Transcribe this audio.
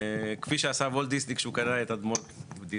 כפי שעשה וולט דיסני כשהוא קנה את אדמות דיסנילנד,